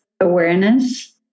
awareness